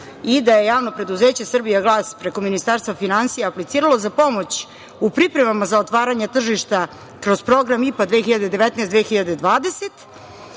i da je Javno preduzeće „Srbijagas“ preko Ministarstva finansija apliciralo za pomoć u pripremama za otvaranje tržišta kroz program IPA 2019-2020.